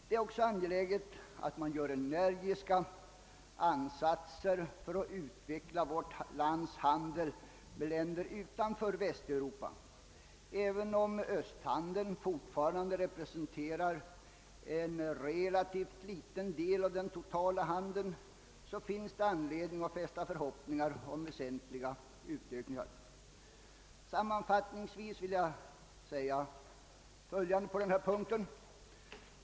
Det är också angeläget att man gör energiska ansatser för att utveckla vårt lands handel med länder utanför Västeuropa. Även om östhandeln fortfarande representerar en relativt liten del av den totala handeln finns det anledning att fästa förhoppningar vid väsentliga utökningar. Sammanfattningsvis vill jag säga följande på denna punkt.